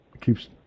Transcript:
Keeps